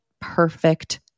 perfect